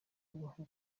kubaho